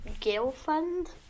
Girlfriend